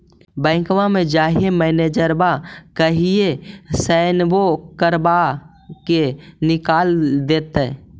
बैंकवा मे जाहिऐ मैनेजरवा कहहिऐ सैनवो करवा के निकाल देहै?